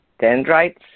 Dendrites